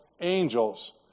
angels